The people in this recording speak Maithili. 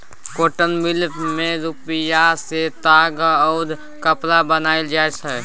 कॉटन मिल मे रुइया सँ ताग आ कपड़ा बनाएल जाइ छै